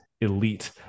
elite